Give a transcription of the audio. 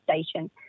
station